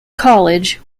college